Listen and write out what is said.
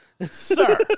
Sir